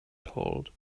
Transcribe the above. told